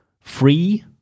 Free